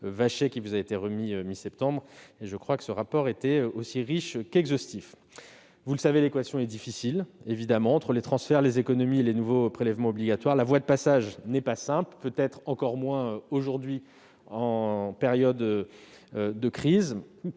Vachey, qui vous a été remis mi-septembre, rapport aussi riche qu'exhaustif. Vous le savez, l'équation est difficile. Entre les transferts, les économies et les nouveaux prélèvements obligatoires, la voie de passage n'est pas simple. Elle l'est peut-être encore moins aujourd'hui, en période de crise.